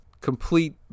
complete